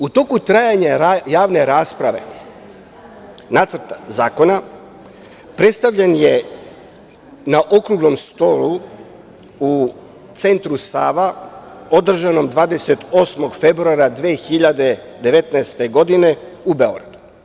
U toku trajanja javne rasprave Nacrta zakona predstavljen je na okruglom stolu u Centru Sava, održanom 28. februara 2019. godine u Beogradu.